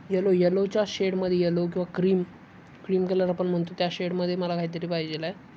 yellow यलोच्या शेडमध्ये yellow किंवा क्रीम क्रीम कलर आपण म्हणतो त्या शेडमध्ये मला काहीतरी पाहिजे आहे